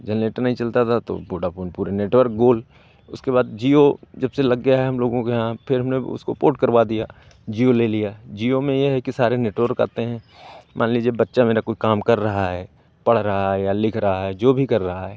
generator नहीं चलता था तो वोडाफ़ोन पूरे नेटवर्क गोल उसके बाद जिओ जबसे लग गया है हम लोगों के यहाँ फिर हमने उसको पोर्ट करवा दिया जिओ ले लिया जिओ में ये है कि सारे नेटवर्क आते हैं मान लीजिए बच्चा मेरा कोई काम कर रहा है पढ़ रहा है या लिख रहा है जो भी कर रहा है